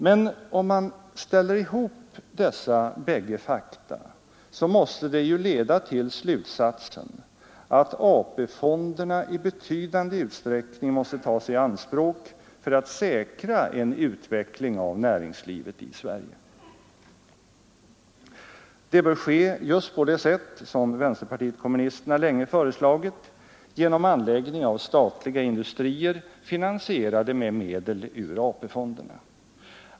Men om man sammanställer dessa bägge fakta måste det leda till slutsatsen att AP-fonderna i betydande utsträckning måste tas i anspråk för att säkra en utveckling av näringslivet i Sverige. Det bör ske just på det sätt vänsterpartiet kommunisterna länge föreslagit, genom anläggning av statliga industrier, finansierade med medel ur AP-fonderna.